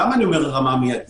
למה אני אומר "ברמה המידית"?